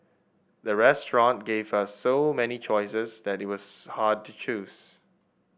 the restaurant gave us so many choices that it was hard to choose